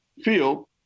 feel